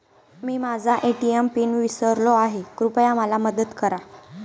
मी माझा ATM PIN विसरलो आहे, कृपया मला मदत करा